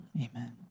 Amen